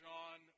John